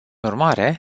urmare